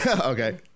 Okay